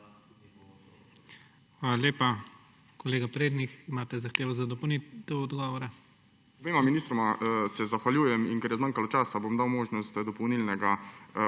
Hvala lepa. Kolega Kaloh, imate zahtevo za dopolnitev odgovora.